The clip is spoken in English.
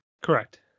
Correct